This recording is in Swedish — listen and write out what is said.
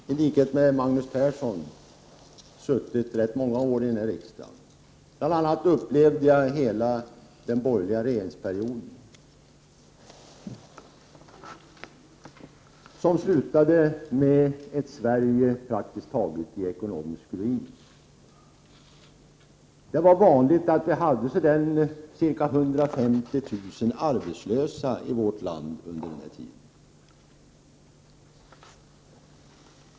Herr talman! Jag har, i likhet med Magnus Persson, suttit ganska många år i riksdagen. Bl.a. upplevde jag hela den borgerliga regeringsperioden som slutade med ett Sverige i praktiskt taget ekonomisk ruin. Under denna tid var det vanligt med ca 150 000 arbetslösa i Sverige.